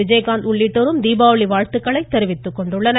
விஜய்காந்த் உள்ளிட்டோரும் தீபாவளி வாழ்த்துக்களை தெரிவித்துக்கொண்டுள்ளார்